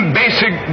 basic